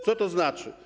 Co to znaczy?